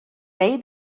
may